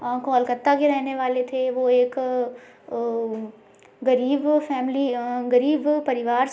कोलकत्ता के रहने वाले थे वो एक गरीब फैमिली गरीब परिवार से